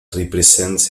represents